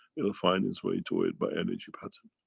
it'll find its way to it by energy pattern.